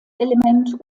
element